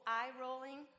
eye-rolling